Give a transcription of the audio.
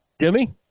Jimmy